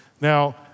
Now